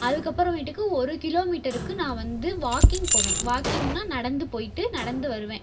அதுக்கப்புறமேட்டுக்கு ஒரு கிலோமீட்டருக்கு நான் வந்து வாக்கிங் போவேன் வாக்கிங்னால் நடந்து போயிட்டு நடந்து வருவேன்